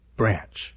branch